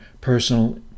personal